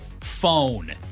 phone